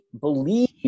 believe